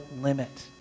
limit